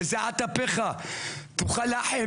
בזיעת אפיך תאכל לחם,